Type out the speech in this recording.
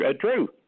true